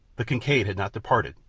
the kincaid had not departed!